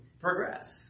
progress